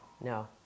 no